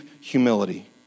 humility